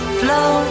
flow